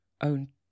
own